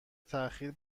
تاخیر